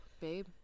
babe